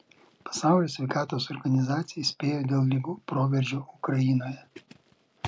pasaulio sveikatos organizacija įspėjo dėl ligų proveržio ukrainoje